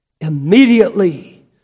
Immediately